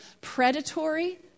predatory